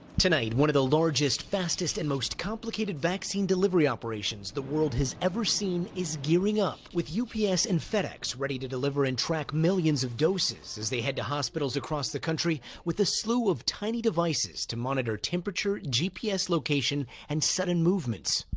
tonight one of the largest fastest and most complicated vaccine delivery operations the world has ever seen is gearing up with u p s. and fedex ready to deliver and track millions of doses as they head to hospitals across the country with the slew of tiny devices to monitor temperature, gps location and sudden movements.